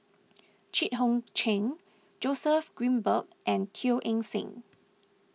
Jit Koon Ch'ng Joseph Grimberg and Teo Eng Seng